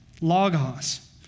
Logos